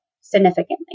significantly